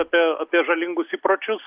apie apie žalingus įpročius